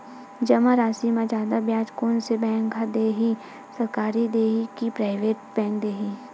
जमा राशि म जादा ब्याज कोन से बैंक ह दे ही, सरकारी बैंक दे हि कि प्राइवेट बैंक देहि?